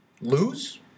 lose